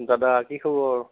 দাদা কি খবৰ